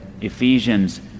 Ephesians